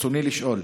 ברצוני לשאול: